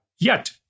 yet-